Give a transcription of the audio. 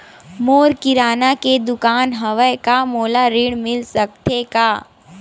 मोर किराना के दुकान हवय का मोला ऋण मिल सकथे का?